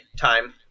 time